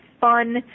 fun